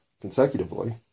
consecutively